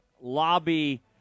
lobby